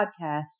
podcast